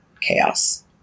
chaos